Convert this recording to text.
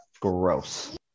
Gross